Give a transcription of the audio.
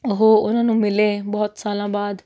ਉਹ ਉਹਨਾਂ ਨੂੰ ਮਿਲੇ ਬਹੁਤ ਸਾਲਾਂ ਬਾਅਦ